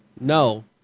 no